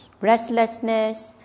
restlessness